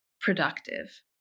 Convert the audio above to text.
productive